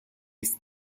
است